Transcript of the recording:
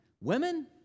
Women